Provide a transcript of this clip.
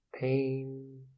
Pain